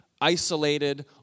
isolated